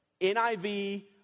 NIV